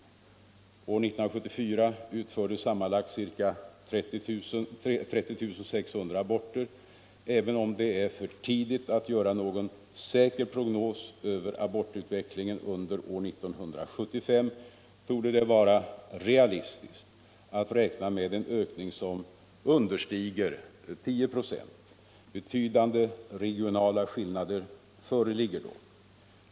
År 1974 utfördes sammanlagt ca 30 600 aborter. Även om det är för tidigt att göra någon säker prognos över abortutvecklingen under år 1975 torde det vara realistiskt att räkna med en ökning som understiger 10 4. Betydande regionala skillnader föreligger dock.